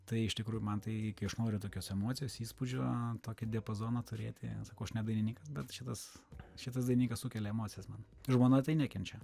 tai iš tikrųjų man tai aš noriu tokios emocijos įspūdžių tokį diapazoną turėti ne dainininkas bet šitas šitas dalykas sukelia emocijas man žmona tai nekenčia